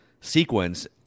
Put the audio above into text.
sequence